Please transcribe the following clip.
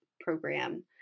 program